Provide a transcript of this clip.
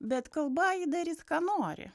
bet kalba ji darys ką nori